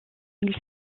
fait